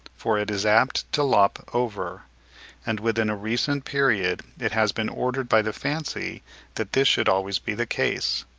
for it is apt to lop over and within a recent period it has been ordered by the fancy that this should always be the case,